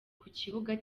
kukibuga